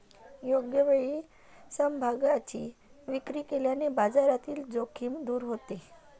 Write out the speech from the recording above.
योग्य वेळी समभागांची विक्री केल्याने बाजारातील जोखीम दूर होते